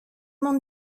mont